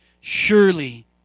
Surely